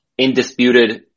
indisputed